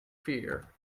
fear